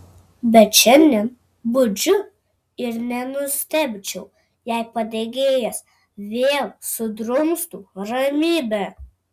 bet šiandien budžiu ir nenustebčiau jei padegėjas vėl sudrumstų ramybę